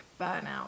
burnout